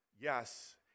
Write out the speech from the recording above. yes